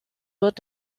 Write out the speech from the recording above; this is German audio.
wird